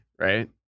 right